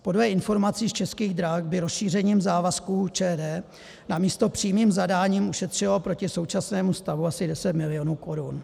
Podle informací Českých drah by rozšířením závazků ČD namísto přímým zadáním ušetřilo proti současnému stavu asi 10 milionů korun.